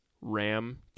ram